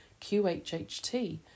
QHHT